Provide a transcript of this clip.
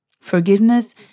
Forgiveness